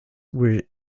were